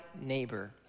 neighbor